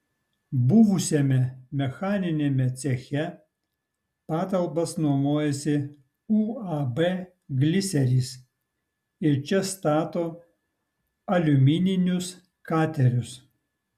buvusiame mechaniniame ceche patalpas nuomojasi uab gliseris ir čia stato aliumininius katerius